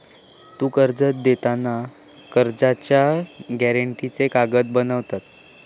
तु कर्ज देताना कर्जाच्या गॅरेंटीचे कागद बनवत?